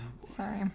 Sorry